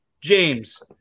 james